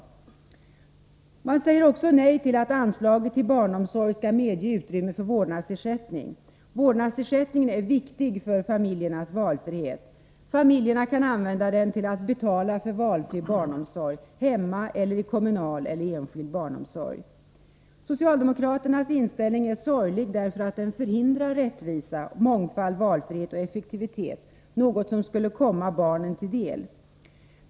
Socialdemokraterna säger också nej till att anslaget till barnomsorg skall medge utrymme för vårdnadsersättning. Vårdnadsersättningen är viktig för familjernas valfrihet. Föräldrarna kan använda dem till att betala för valfri barnomsorg — hemma, kommunalt eller enskilt. Socialdemokraternas inställning är sorglig därför att den förhindrar rättvisa, mångfald, valfrihet och effektivitet, något som skulle komma barnen till del.